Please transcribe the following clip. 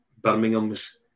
Birmingham's